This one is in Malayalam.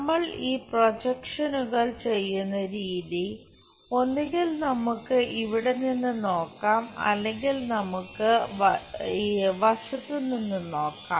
നമ്മൾ ഈ പ്രൊജക്ഷനുകൾ ചെയ്യുന്ന രീതി ഒന്നുകിൽ നമുക്ക് ഇവിടെ നിന്ന് നോക്കാം അല്ലെങ്കിൽ നമുക്ക് വശത്ത് നിന്ന് നോക്കാം